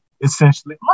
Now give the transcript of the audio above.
essentially